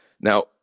Now